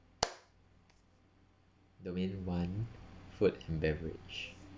domain one food and beverage